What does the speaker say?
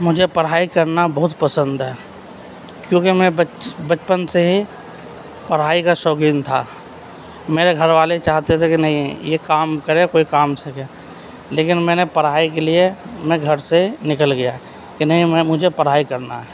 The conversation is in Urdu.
مجھے پڑھائی کرنا بہت پسند ہے کیونکہ میں بچپن سے ہی پڑھائی کا شوقین تھا میرے گھر والے چاہتے تھے کہ نہیں یہ کام کرے کوئی کام سیکھے لیکن میں نے پڑھائی کے لیے میں گھر سے نکل گیا کہ نہیں میں مجھے پڑھائی کرنا ہے